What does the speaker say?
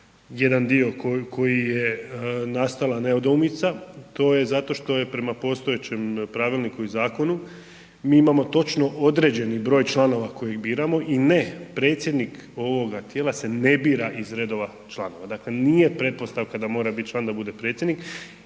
jedan dio koji je nastala nedoumica, to je zato što je prema postojećem pravilniku i zakonu, mi imamo točno određeni broj članova koji biramo i ne predsjednik ovoga tijela se ne bira iz redova članova, dakle nije pretpostavka da mora bit član da bude predsjednik